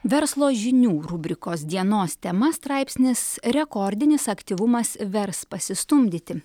verslo žinių rubrikos dienos tema straipsnis rekordinis aktyvumas vers pasistumdyti